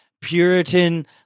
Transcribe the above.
puritan